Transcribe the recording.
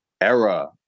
era